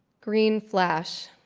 green flash